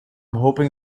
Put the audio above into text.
hoping